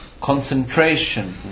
concentration